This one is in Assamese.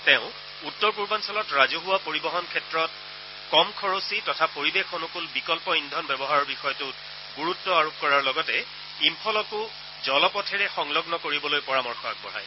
তেওঁ উত্তৰ পূৰ্বাঞ্চলত ৰাজহুৱা পৰিবহন ক্ষেত্ৰত কম খৰচী তথা পৰিৱেশ অনুকূল বিকল্প ইন্ধন ব্যৱহাৰৰ বিষয়টোত গুৰুত্ব আৰোপ কৰাৰ লগতে ইম্ফলকো জলপথেৰে সংলগ্ন কৰিবলৈ পৰামৰ্শ আগবঢ়ায়